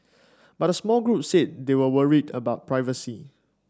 but a small group said they were worried about privacy